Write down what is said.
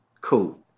Cool